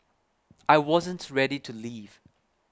I wasn't ready to leave